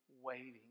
waiting